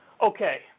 Okay